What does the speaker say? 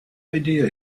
idea